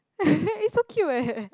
eh so cute eh